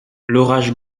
l’orage